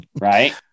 right